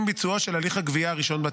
ביצועו של הליך הגבייה הראשון בתיק.